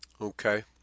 Okay